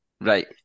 Right